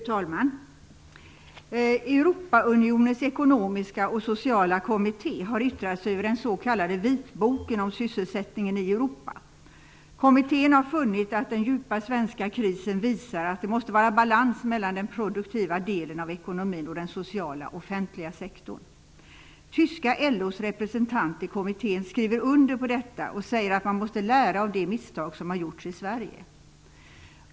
Fru talman! Europaunionens ekonomiska och sociala kommitté har yttrat sig över den s.k. vitboken om sysselsättningen i Europa. Kommittén har funnit att den djupa svenska krisen visar att det måste vara balans mellan den produktiva delen av ekonomin och den sociala, offentliga sektorn. Tyska LO:s representant i kommittén skriver under på detta och säger att man måste lära av de misstag som har gjorts i Sverige.